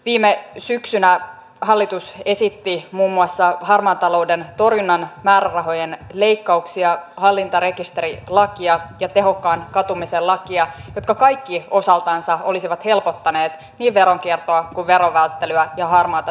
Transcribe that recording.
viime syksynä hallitus esitti muun muassa harmaan talouden torjunnan määrärahojen leikkauksia hallintarekisterilakia ja tehokkaan katumisen lakia jotka kaikki osaltansa olisivat helpottaneet niin veronkiertoa kuin veronvälttelyä ja harmaata taloutta